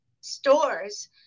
stores